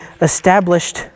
established